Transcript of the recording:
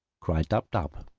cried dab-dab.